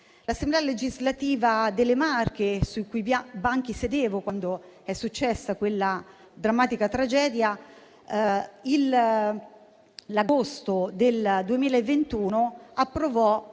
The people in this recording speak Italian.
L'Assemblea legislativa delle Marche, sui cui banchi sedevo quando è successa quella drammatica tragedia, nell'agosto del 2021 ha approvato